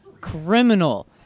criminal